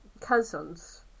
cousins